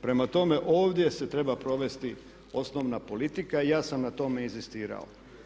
Prema tome, ovdje se treba provesti osnovna politika i ja sam na tom inzistirao.